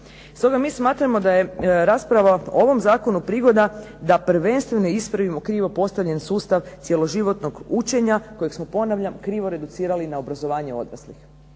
Stoga mi smatramo da je rasprava o ovom zakonu prigoda da prvenstveno ispravimo krivo postavljeni sustav cjeloživotnog učenja koje smo ponavljam, krivo reducirali na obrazovanje odraslih.